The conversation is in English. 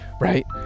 right